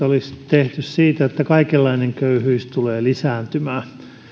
olisi tehty siitä että kaikenlainen köyhyys tulee lisääntymään